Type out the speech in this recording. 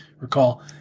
recall